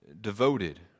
devoted